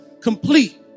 Complete